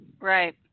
Right